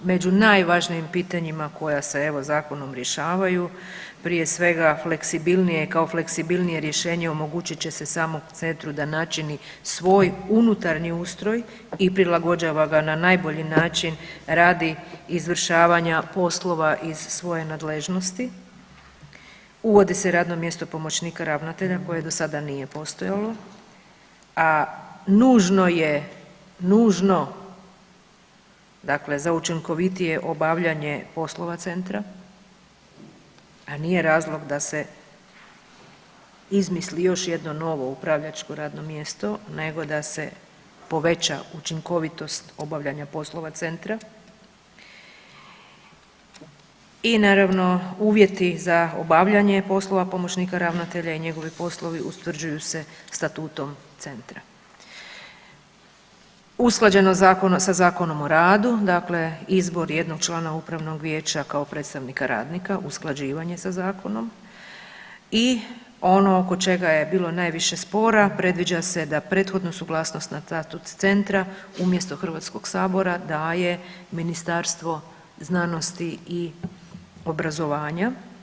Među najvažnijim pitanjima koja se evo zakonom rješavaju, prije svega fleksibilnije kao fleksibilnije rješenje omogućit će se samom centru da načini svoj unutarnji ustroj i prilagođava ga na najbolji način radi izvršavanja poslova iz svoje nadležnosti, uvodi se radno mjesto pomoćnika ravnatelja koje do sada nije postojalo, a nužno je, nužno dakle za učinkovitije obavljanje poslova centra, a nije razlog da se izmisli još jedno novo upravljačko radno mjesto nego da se poveća učinkovitost obavljanja poslova centra i naravno uvjeti za obavljanje poslova pomoćnika ravnatelja i njegovi poslovi utvrđuju se statutom centra, usklađenost sa Zakonom o radu, dakle izbor jednog člana upravnog vijeća kao predstavnika radnika usklađivanje sa zakonom i ono oko čega je bilo najviše spora predviđa se da prethodnu suglasnost na statut centra umjesto HS daje Ministarstvo znanosti i obrazovanja.